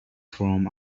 from